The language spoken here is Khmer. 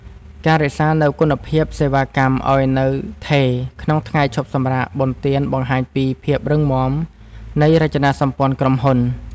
ការរក្សានូវគុណភាពសេវាកម្មឱ្យនៅថេរក្នុងថ្ងៃឈប់សម្រាកបុណ្យទានបង្ហាញពីភាពរឹងមាំនៃរចនាសម្ព័ន្ធក្រុមហ៊ុន។